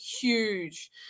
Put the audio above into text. huge